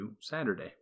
Saturday